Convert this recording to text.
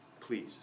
please